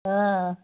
ஆ